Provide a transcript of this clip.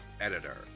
Editor